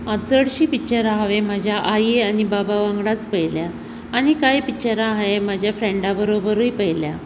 चडशीं पिक्चरां हांवें म्हज्या आई आनी बाबा वांगडाच पळयल्यां आनी कांय पिक्चरां हांवें म्हज्या फ्रँडा बरोबरूय पळयल्यात